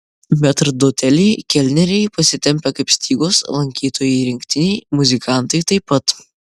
metrdoteliai kelneriai pasitempę kaip stygos lankytojai rinktiniai muzikantai taip pat